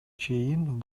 чейин